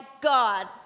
God